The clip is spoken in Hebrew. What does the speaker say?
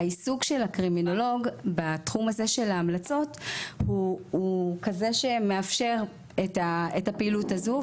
העיסוק של הקרימינולוג בתחום ההמלצות הוא כזה שמאפשר את הפעילות הזאת.